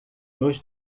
nos